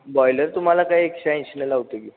boiler तुम्हाला काय एकशे ऐंशीनं लावतो आहे की